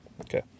Okay